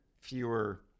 fewer